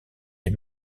les